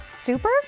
super